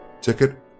Ticket